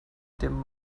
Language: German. dem